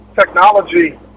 technology